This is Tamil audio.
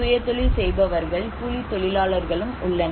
சுயதொழில் செய்பவர்கள் கூலித் தொழிலாளர்களும் உள்ளனர்